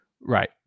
Right